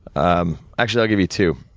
um actually, i'll give you two.